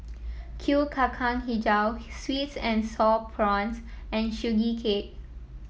Kuih Kacang hijau sweet and sour prawns and Sugee Cake